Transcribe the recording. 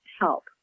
help